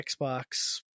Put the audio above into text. xbox